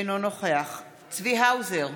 אינו נוכח צבי האוזר,